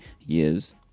years